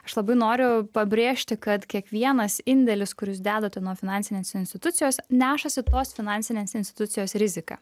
aš labai noriu pabrėžti kad kiekvienas indėlis kur jūs dedate nuo finansinės institucijos nešasi tos finansinės institucijos riziką